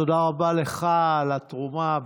תודה רבה לך על התרומה.